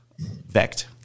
Vect